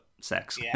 sex